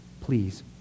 Please